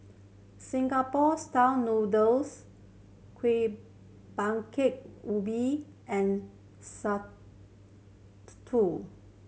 Singapore Style Noodles Kuih Bingka Ubi and